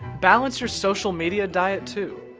balance your social media diet, too!